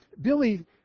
Billy